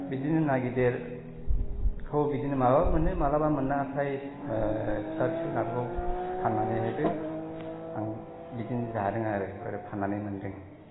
बिदिनो ना गिदेरखौ बिदिनो मालाबा मोनो मालाबा मोना फ्राय फिसा फिसौ नाखौ फाननानैहाय आं बिदिनो जादों आरो आरो फाननानै मोन्दों